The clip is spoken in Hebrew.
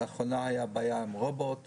לא משנה באיזה מכשיר רפואי מיוחד